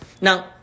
Now